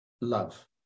love